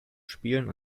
spielen